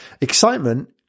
excitement